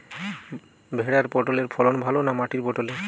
ভেরার পটলের ফলন ভালো না মাটির পটলের?